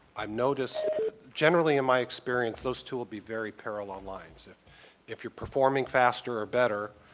um notice generally in my experience, those two will be very parallel lines. if if you're performing faster or better,